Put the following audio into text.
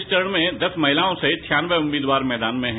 इस चरण में दस महिलाओं सहित छियानवें उम्मीदवार मैदान में हैं